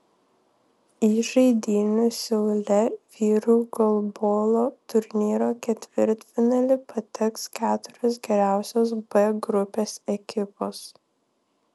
į žaidynių seule vyrų golbolo turnyro ketvirtfinalį pateks keturios geriausios b grupės ekipos